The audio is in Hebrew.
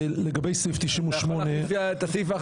ואין סיבה לחוקק לתקופה ממושכת נושא שרק עכשיו התקבל,